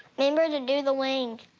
member to do the wings.